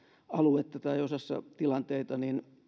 aluetta tai osassa tilanteita